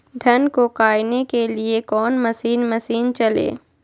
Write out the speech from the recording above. धन को कायने के लिए कौन मसीन मशीन चले?